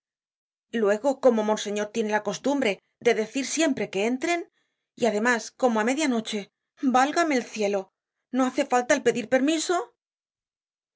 luego como monseñor tiene la costumbre de decir siempre que entren y además como á media noche válgame el cielo no hace falta el pedir permiso